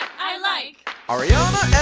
i like ariana